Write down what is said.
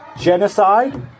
genocide